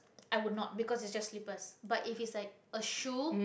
i would not because it's just slippers but if it's like a shoe